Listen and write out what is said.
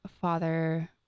Father